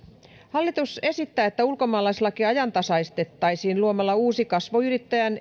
hallitus esittää että ulkomaalaislaki ajantasaistettaisiin luomalla uusi kasvuyrittäjän